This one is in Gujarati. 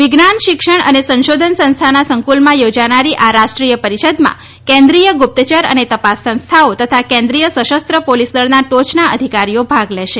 વિજ્ઞાન શિક્ષણ અને સંશોધન સંસ્થાના સંક્રલમાં યોજાનારી આ રાષ્ટ્રીય પરિષદમાં કેન્દ્રીય ગુપ્તયર અને તપાસ સંસ્થાઓ તથા કેન્દ્રીય સશસ્ત્ર પોલીસદળના ટોચના અધિકારીઓ ભાગ લેશે